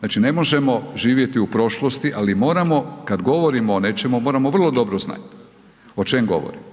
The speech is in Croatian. znači ne možemo živjeti u prošlosti, ali moram kada govorimo o nečemu moramo vrlo dobro znati o čemu govorimo